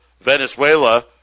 Venezuela